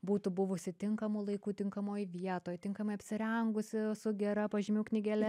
būtų buvusi tinkamu laiku tinkamoj vietoj tinkamai apsirengusi su gera pažymių knygele